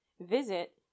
Visit